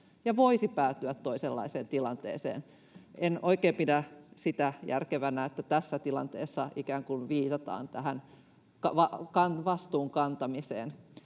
ja voisivat päätyä toisenlaiseen tilanteeseen. En oikein pidä järkevänä sitä, että tässä tilanteessa viitataan vastuun kantamiseen.